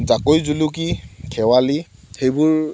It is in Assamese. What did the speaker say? জাকৈ জুলুকী খেৱালী সেইবোৰ